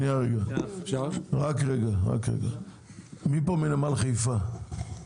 מי פה מנמל חיפה?